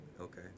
Okay